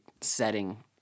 setting